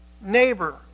neighbor